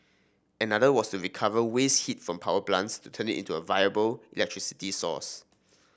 another was to recover waste heat from power plants to turn it into a viable electricity source